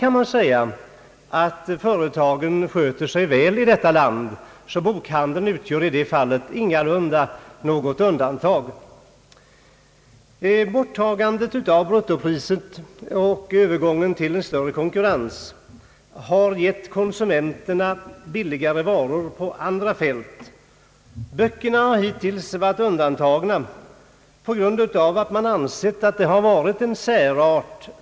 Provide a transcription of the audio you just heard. Man kan säga att företagen över lag är väl skötta i det här landet och att bokhandeln därvidlag ingalunda utgör något undantag. Borttagandet av bruttopriset och övergången till en ökad konkurrens har givit konsumenterna billigare varor på andra fält. Böckerna har hittills varit undantagna på grund av sin särart.